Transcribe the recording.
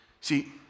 See